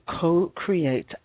co-create